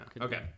okay